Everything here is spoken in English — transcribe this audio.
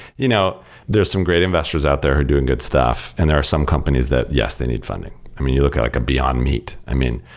you know there's some great investors out there doing good stuff and there are some companies that, yes, they need funding. i mean, you look at like a beyond meat. i mean,